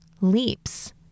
leaps